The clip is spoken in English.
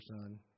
Son